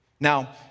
Now